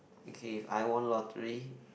okay if I won lottery